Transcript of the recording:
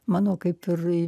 mano kaip ir